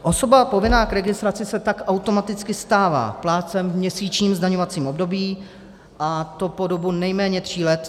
Osoba povinná k registraci se tak automaticky stává plátcem v měsíčním zdaňovacím období, a to po dobu nejméně tří let.